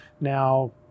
Now